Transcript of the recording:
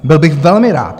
Byl bych velmi rád.